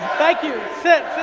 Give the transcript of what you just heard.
thank you, sit,